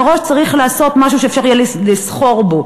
מראש צריך לעשות משהו שאפשר יהיה לסחור בו,